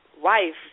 wife